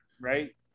right